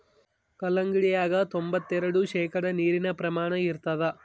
ಕಲ್ಲಂಗಡ್ಯಾಗ ತೊಂಬತ್ತೆರೆಡು ಶೇಕಡಾ ನೀರಿನ ಪ್ರಮಾಣ ಇರತಾದ